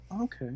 Okay